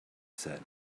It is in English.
said